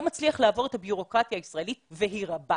לא מצליח לעבור את הבירוקרטיה הישראלית והיא רבה